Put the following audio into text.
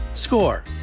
score